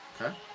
Okay